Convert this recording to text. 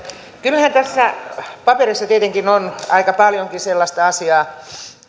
kyllähän tässä paperissa tietenkin on aika paljonkin sellaista asiaa